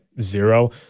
zero